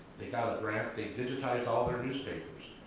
they got a grant, they digitized all their newspapers,